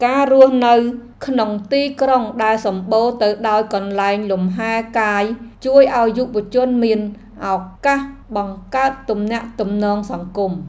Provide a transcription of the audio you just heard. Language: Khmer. ការរស់នៅក្នុងទីក្រុងដែលសម្បូរទៅដោយកន្លែងលំហែកាយជួយឱ្យយុវជនមានឱកាសបង្កើតទំនាក់ទំនងសង្គម។